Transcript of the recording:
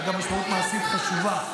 תודה רבה.